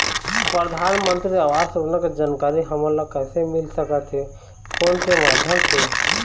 परधानमंतरी आवास योजना के जानकारी हमन ला कइसे मिल सकत हे, फोन के माध्यम से?